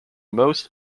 most